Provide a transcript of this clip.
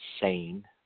sane